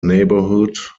neighborhood